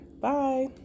Bye